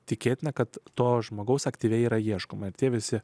tikėtina kad to žmogaus aktyviai yra ieškoma ir tie visi